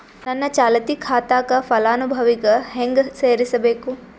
ನನ್ನ ಚಾಲತಿ ಖಾತಾಕ ಫಲಾನುಭವಿಗ ಹೆಂಗ್ ಸೇರಸಬೇಕು?